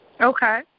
Okay